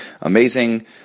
Amazing